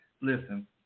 Listen